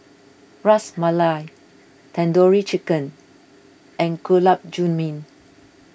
Ras Malai Tandoori Chicken and Gulab Jamun